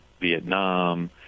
Vietnam